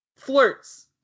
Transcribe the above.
flirts